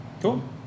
Cool